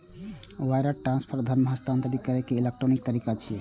wire transfer धन हस्तांतरित करै के इलेक्ट्रॉनिक तरीका छियै